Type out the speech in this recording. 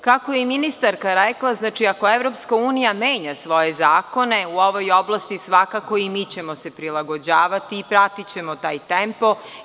Kako je i ministarka rekla, ako EU menja svoje zakone u ovoj oblasti, svakako i mi ćemo se prilagođavati i pratićemo taj tempo.